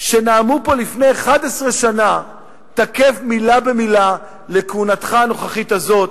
שנאמו פה לפני 11 שנה תקף מלה במלה לכהונתך הנוכחית הזאת,